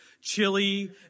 chili